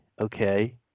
okay